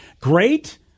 great